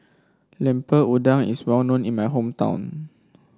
Lemper Udang is well known in my hometown